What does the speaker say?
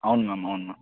అవును మామ్ అవును మ్యామ్